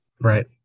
right